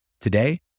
Today